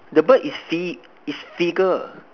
the bird is si~ is figure